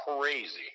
crazy